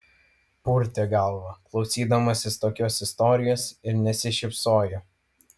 purtė galvą klausydamasis tokios istorijos ir nesišypsojo